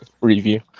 review